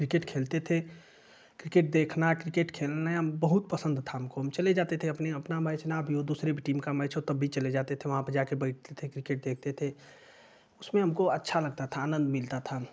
cricket खेलते थे cricket देखना क्रिकेट खेलना बहुत पसंद था हमको हम चले जाते थे अपनी अपना भी मैच न भी हो दूसरे भी टीम का मैच हो तब भी चले जाते थे वहाँ पर जा कर बैठते थे क्रिकेट देखते थे उसमें हमको अच्छा लगता था आनंद मिलता था